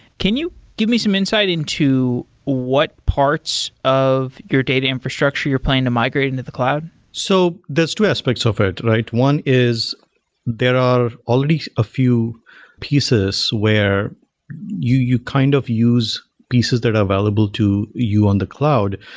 can you give me some insight into what parts of your data infrastructure you're planning to migrate into the cloud? so there are two aspects of it, right? one is there are already a few pieces where you you kind of use pieces that are available to you on the cloud,